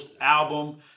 album